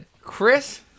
Chris